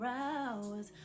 hours